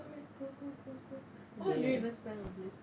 外面 how much did you even spend on this